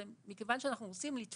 זה מכיוון שאנחנו רוצים לתפוס